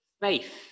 faith